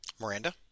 Miranda